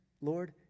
Lord